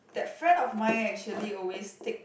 that friend of mine actually always take